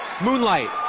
Moonlight